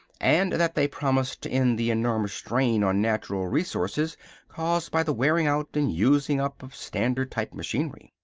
and that they promised to end the enormous drain on natural resources caused by the wearing-out and using-up of standard-type machinery.